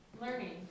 Learning